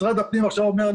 משרד הפנים עכשיו אומר,